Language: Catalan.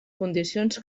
condicions